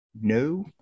No